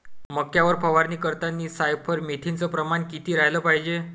मक्यावर फवारनी करतांनी सायफर मेथ्रीनचं प्रमान किती रायलं पायजे?